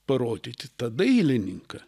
parodyti tą dailininką